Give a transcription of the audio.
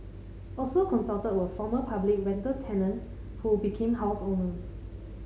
also consulted were former public rental tenants who became house owners